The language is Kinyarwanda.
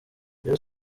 rayon